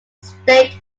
state